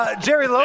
Jerry